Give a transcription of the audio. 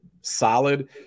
solid